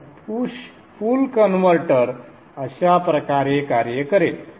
तर push pull converter अशा प्रकारे कार्य करेल